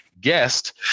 guest